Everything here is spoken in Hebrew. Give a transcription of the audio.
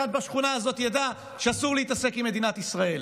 בשכונה הזאת ידע שאסור להתעסק עם מדינת ישראל?